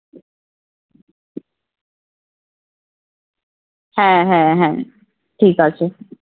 হ্যাঁ হ্যাঁ হ্যাঁ ঠিক আছে